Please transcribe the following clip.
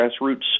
grassroots